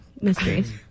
mysteries